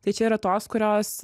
tai čia yra tos kurios